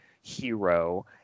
hero